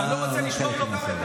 אז אני לא רוצה לשבור לו גם,